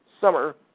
summer